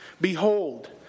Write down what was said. Behold